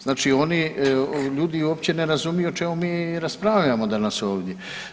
Znači oni, ljudi uopće ne razumiju o čemu mi raspravljamo danas ovdje.